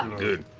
um good.